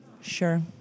sure